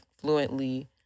fluently